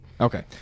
Okay